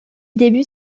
débute